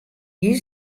hie